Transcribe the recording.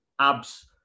abs